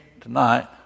tonight